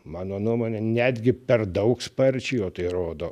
mano nuomone netgi per daug sparčiai o tai rodo